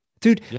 Dude